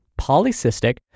polycystic